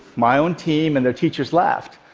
my own team and their teachers laughed.